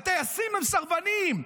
הטייסים הם סרבנים,